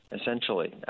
essentially